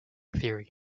theory